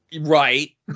Right